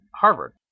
Harvard